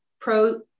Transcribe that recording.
pro